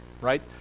Right